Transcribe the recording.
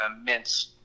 immense